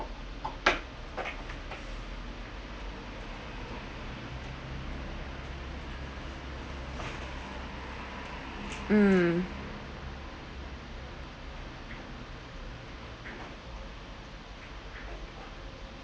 mm